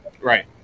right